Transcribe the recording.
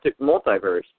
multiverse